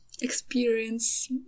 experience